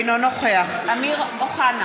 אינו נוכח אמיר אוחנה,